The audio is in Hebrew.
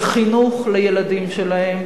וחינוך לילדים שלהם,